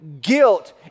Guilt